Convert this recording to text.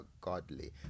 godly